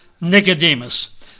Nicodemus